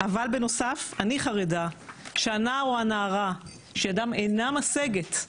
אבל בנוסף אני חרדה שהנער או הנערה שידם אינה משגת,